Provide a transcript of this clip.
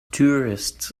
tourists